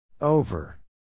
Over